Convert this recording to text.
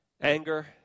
Anger